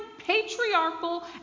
patriarchal